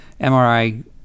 MRI